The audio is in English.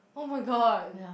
oh my god